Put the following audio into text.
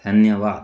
धन्यवादु